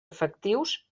efectius